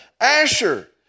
Asher